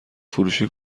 فروشی